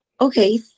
okay